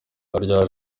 rya